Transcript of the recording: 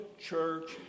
church